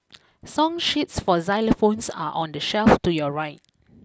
song sheets for xylophones are on the shelf to your right